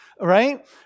Right